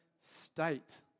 state